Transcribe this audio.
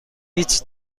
هیچ